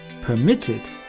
permitted